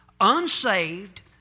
Unsaved